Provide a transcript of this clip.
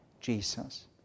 Jesus